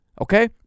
okay